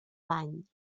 bany